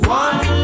one